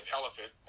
elephant